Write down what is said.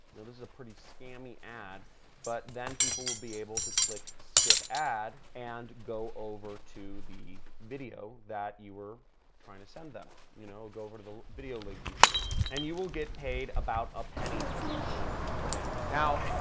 this is a pretty scammy ad but then people will be able to click skip ad and go over to the video that you were trying to send them. you know, go over to the video link you put in. and you will get paid about a penny for each link you put in. now,